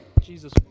Jesus